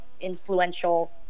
influential